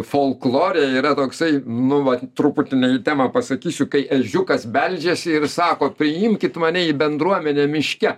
folklore yra toksai nu vat truputį ne į temą pasakysiu kai ežiukas beldžiasi ir sako priimkit mane į bendruomenę miške